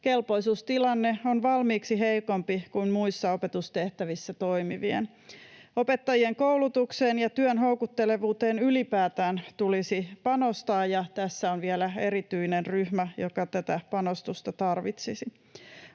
kelpoisuustilanne on valmiiksi heikompi kuin muissa opetustehtävissä toimivien. Opettajien koulutukseen ja työn houkuttelevuuteen ylipäätään tulisi panostaa, ja tässä on vielä erityinen ryhmä, joka tätä panostusta tarvitsisi.